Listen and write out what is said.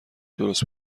درست